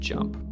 Jump